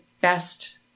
best